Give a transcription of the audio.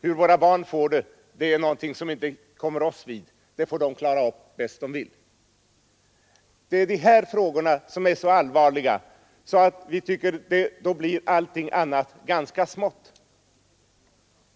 Hur våra barn får det är någonting som inte kommer oss vid. Det får de klara upp bäst de vill. Det är de här frågorna som är så allvarliga att allt annat blir ganska smått.